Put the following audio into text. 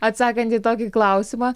atsakant į tokį klausimą